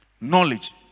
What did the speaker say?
knowledge